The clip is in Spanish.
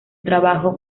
trabajo